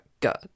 god